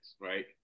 right